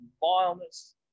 vileness